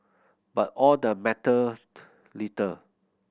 but all the mattered little